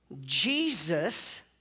Jesus